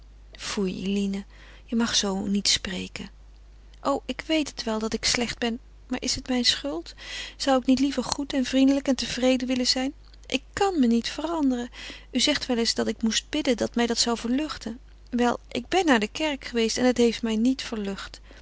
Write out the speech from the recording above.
foei eline je mag zoo niet spreken o ik weet het wel dat ik slecht ben maar is het mijn schuld zou ik niet liever goed en vriendelijk en tevreden willen zijn ik kan me niet veranderen u zegt wel eens dat ik moest bidden dat mij dat zou verluchten wel ik ben naar de kerk geweest en het heeft mij niet verlucht